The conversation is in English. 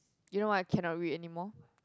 you know why I cannot read anymore